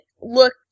look